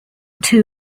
two